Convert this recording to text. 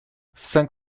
cinq